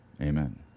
Amen